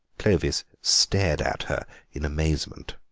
clovis stared at her in amazement.